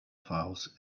files